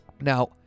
Now